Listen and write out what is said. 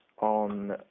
on